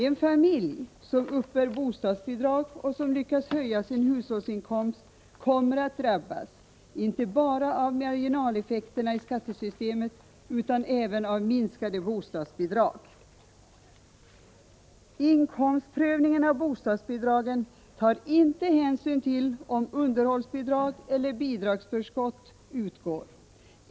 En familj som uppbär bostadsbidrag och som lyckas höja sin hushållsinkomst kommer att drabbas inte bara av marginaleffekterna i skattesystemet utan även av minskade bostadsbidrag. Inkomstprövningen av bostadsbidragen tar inte hänsyn till om underhållsbidrag eller bidragsförskott utgår.